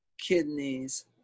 kidneys